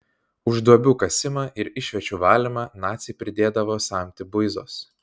už duobių kasimą ir išviečių valymą naciai pridėdavo samtį buizos